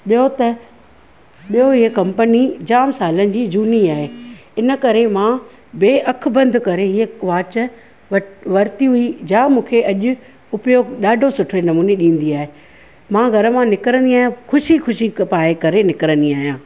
ॿियो त ॿियो हीअं कंपनी जाम सालनि जी झूनी आहे इनकरे मां ॿे अखु बंदि करे इहा वॉच वरिती हुई जाम मूंखे अॼु उपयोग ॾाढो सुठे नमूने ॾींदी आहे मां घर मां निकिरंदी आहियां ख़ुशी ख़ुशी पाए करे निकिरंदी आहियां